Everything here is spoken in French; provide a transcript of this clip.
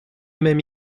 même